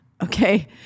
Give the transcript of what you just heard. Okay